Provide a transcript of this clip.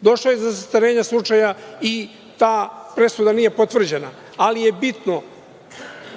Došlo je do zastarenja slučaja i ta presuda nije potvrđena, ali je bitno